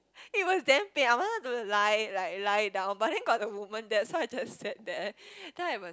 it was damn pain I wanted to lie like lie down but then got the woman there so I just sat there then I was